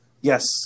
Yes